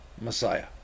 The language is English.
Messiah